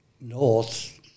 north